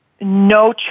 no